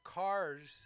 cars